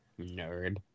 nerd